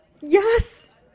Yes